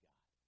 God